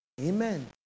Amen